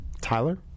Tyler